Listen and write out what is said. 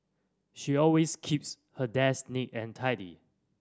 she always keeps her desk neat and tidy